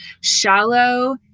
shallow